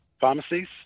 pharmacies